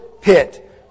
pit